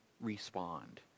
respond